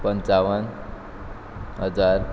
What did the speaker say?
पंचावन्न हजार